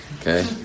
okay